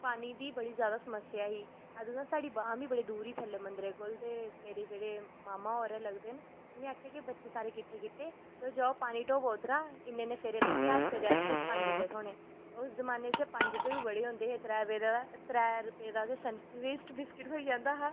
पानी दी बड़ी स्मस्या होई अदूं साढ़ी बांऽ बी बड़े दूर थल्ले ही मन्दरै कोल ते मेरे मामा होर गै लगदे न उनैं बच्चे सारे कट्ठे किते तुस जाओ पानी ढोवो उद्धरा दा इन्ने इन्ने फेरे लाह्गे हर पेरे दे तुसेंगी पंज रपे थ्होने उस जमानै पंज रपे बी बड़े होंदे हे त्रै रपे दा ते पेस्ट बिस्किट थ्होई जंदा हा